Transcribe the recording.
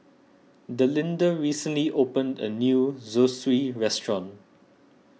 Delinda recently opened a new Zosui restaurant